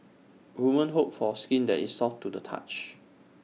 women hope for skin that is soft to the touch